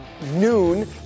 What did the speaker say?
noon